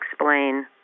explain